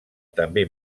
també